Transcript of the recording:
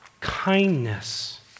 Kindness